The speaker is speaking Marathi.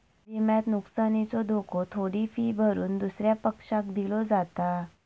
विम्यात नुकसानीचो धोको थोडी फी भरून दुसऱ्या पक्षाक दिलो जाता